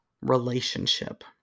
relationship